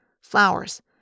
Flowers